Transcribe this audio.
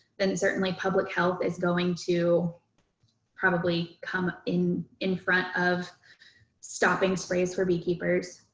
then certainly public health is going to probably come in in front of stopping sprays for beekeepers.